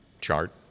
chart